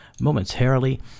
momentarily